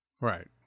Right